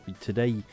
today